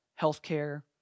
healthcare